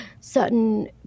certain